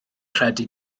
credu